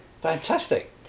fantastic